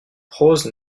prose